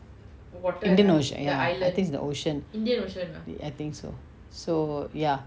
indian ocean ya I think is the ocean I think so so ya